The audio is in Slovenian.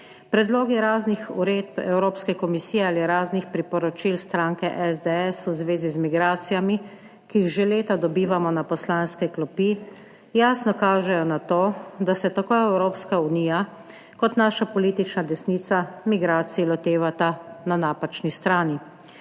Predlogi raznih uredb Evropske komisije ali raznih priporočil stranke SDS v zvezi z migracijami, ki jih že leta dobivamo na poslanske klopi, jasno kažejo na to, da se tako Evropska unija kot naša politična desnica migracij lotevata na napačni strani.